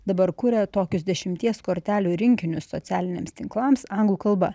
dabar kuria tokius dešimties kortelių rinkinius socialiniams tinklams anglų kalba